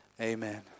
Amen